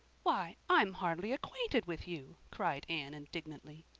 why, i'm hardly acquainted with you, cried anne indignantly.